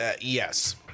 yes